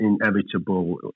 inevitable